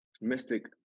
mystic